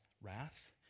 wrath